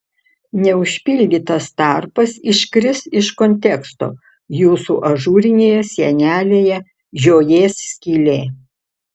neužpildytas tarpas iškris iš konteksto jūsų ažūrinėje sienelėje žiojės skylė